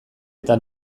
eta